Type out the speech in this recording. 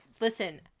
listen